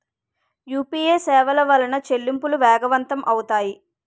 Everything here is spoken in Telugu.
యూపీఏ సేవల వలన చెల్లింపులు వేగవంతం అవుతాయి